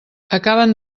acaben